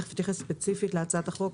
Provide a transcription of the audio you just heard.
תיכף אתייחס ספציפית להצעת החוק,